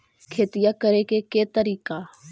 खेतिया करेके के तारिका?